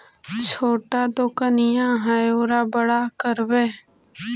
छोटा दोकनिया है ओरा बड़ा करवै?